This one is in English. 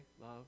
love